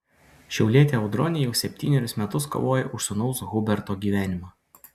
šiaulietė audronė jau septynerius metus kovoja už sūnaus huberto gyvenimą